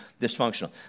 dysfunctional